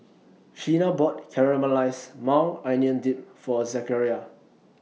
Sheena bought Caramelized Maui Onion Dip For Zachariah